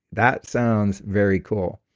that sounds very cool.